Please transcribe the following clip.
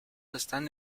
están